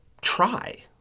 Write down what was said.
try